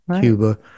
Cuba